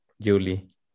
Julie